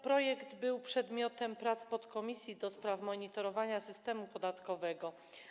Projekt był przedmiotem prac podkomisji do spraw monitorowania systemu podatkowego.